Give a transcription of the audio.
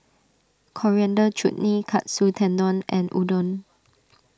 Coriander Chutney Katsu Tendon and Udon